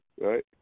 right